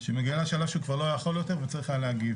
שהוא מגיע לשלב שהוא כבר לא יכול יותר והיה צריך להגיב.